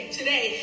today